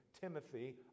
Timothy